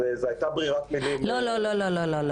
זו הייתה ברירת מילים --- לא, לא.